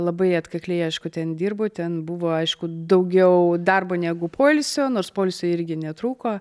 labai atkakliai aišku ten dirbau ten buvo aišku daugiau darbo negu poilsio nors poilsio irgi netrūko